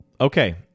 okay